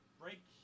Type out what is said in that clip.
break